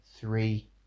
three